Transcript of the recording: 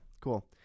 Cool